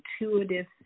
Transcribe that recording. intuitive